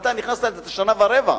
הרי אתה נכנסת לפני שנה ורבע,